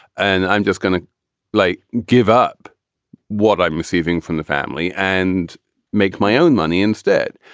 and i'm just gonna like give up what i'm receiving from the family and make my own money instead.